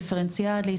דיפרנציאלית,